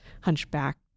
hunchback